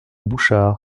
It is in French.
bouchard